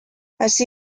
así